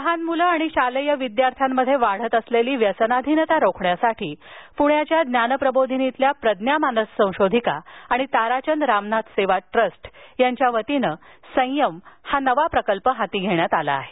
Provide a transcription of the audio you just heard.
लहान मुलं शालेय विद्यार्थ्यांमध्ये वाढत असलेली व्यसनाधीनता रोखण्यासाठी प्ण्यातील ज्ञानप्रबोधिनीतील प्रज्ञा मानस संशोधिका आणि ताराचंद रामनाथ सेवा ट्रस्ट यांच्या वतीनं संयम हा प्रकल्प हाती घेण्यात आला आहे